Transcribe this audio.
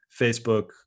Facebook